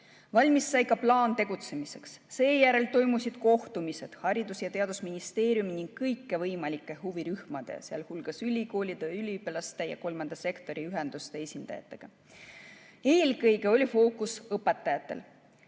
Valmis sai ka plaan tegutsemiseks, seejärel toimusid kohtumised Haridus‑ ja Teadusministeeriumi ning kõikvõimalike huvirühmade, sealhulgas ülikoolide, üliõpilaste ja kolmanda sektori ühenduste esindajatega. Eelkõige oli fookus õpetajatel.